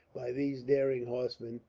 by these daring horsemen,